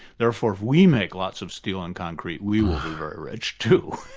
therefore if we may lots of steel and concrete, we will be very rich too'.